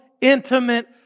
intimate